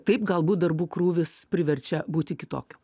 taip galbūt darbų krūvis priverčia būti kitokiu